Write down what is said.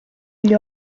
gli